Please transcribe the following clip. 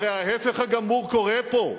הרי ההיפך הגמור קורה פה.